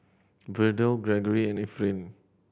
Verdell Greggory and Efrain